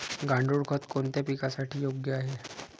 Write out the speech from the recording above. गांडूळ खत कोणत्या पिकासाठी योग्य आहे?